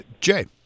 Jay